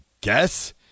guess